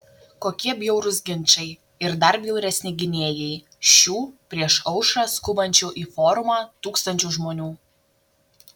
kokie bjaurūs ginčai ir dar bjauresni gynėjai šių prieš aušrą skubančių į forumą tūkstančių žmonių